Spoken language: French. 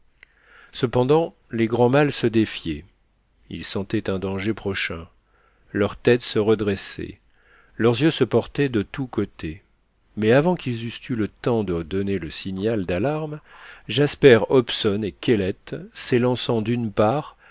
cependant les grands mâles se défiaient ils sentaient un danger prochain leur tête se redressait leurs yeux se portaient de tous côtés mais avant qu'ils eussent eu le temps de donner le signal d'alarme jasper hobson et kellet s'élançant d'une part